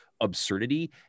absurdity